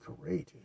courageous